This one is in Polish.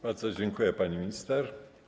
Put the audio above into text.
Bardzo dziękuję, pani minister.